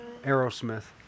Aerosmith